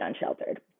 unsheltered